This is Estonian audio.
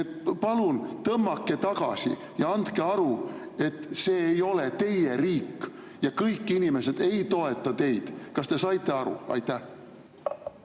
Palun tõmmake tagasi ja andke endale aru, et see ei ole teie riik ja kõik inimesed ei toeta teid. Kas te saite aru? Aitäh!